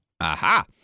Aha